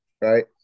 right